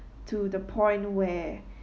to the point where